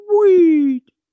sweet